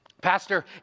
Pastor